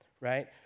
right